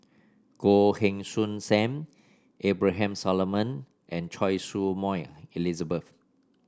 Goh Heng Soon Sam Abraham Solomon and Choy Su Moi Elizabeth